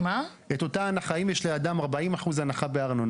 אם לאדם יש 40% הנחה בארנונה,